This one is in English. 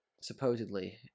supposedly